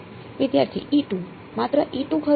વિદ્યાર્થી માત્ર ખરું